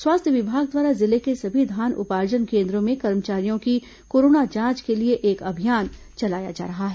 स्वास्थ्य विभाग द्वारा जिले के सभी धान उपार्जन केन्द्रों में कर्मचारियों की कोरोना जांच के लिए एक अभियान चलाया जा रहा है